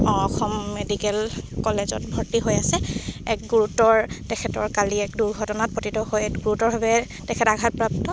অঁ অসম মেডিকেল কলেজত ভৰ্তি হৈ আছে এক গুৰুতৰ তেখেতৰ কালি এক দুৰ্ঘটনাত পতিত হৈ গুৰুতৰভাৱে তেখেত আঘাতপ্ৰাপ্ত